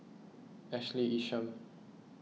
Ashley Isham